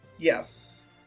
Yes